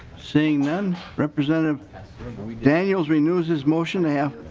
seeing none representative daniels renews his motion yeah